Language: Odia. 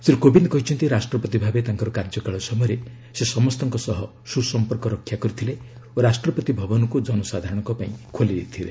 ଶ୍ରୀ କୋବିନ୍ଦ କହିଛନ୍ତି ରାଷ୍ଟ୍ରପତି ଭାବେ ତାଙ୍କର କାର୍ଯ୍ୟକାଳ ସମୟରେ ସେ ସମସ୍ତଙ୍କ ସହ ସୁସମ୍ପର୍କ ରକ୍ଷା କରିଥିଲେ ଓ ରାଷ୍ଟ୍ରପତି ଭବନକୁ ଜନସାଧାରଣଙ୍କ ପାଇଁ ଖୋଲି ଦେଇଥିଲେ